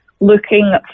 looking